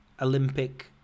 olympic